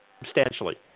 Substantially